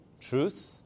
Truth